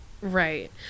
Right